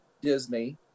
Disney